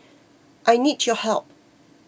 I need your help